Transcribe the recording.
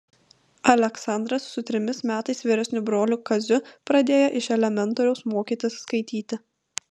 aleksandras su trimis metais vyresniu broliu kaziu pradėjo iš elementoriaus mokytis skaityti